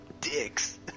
dicks